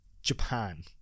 Japan